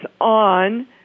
on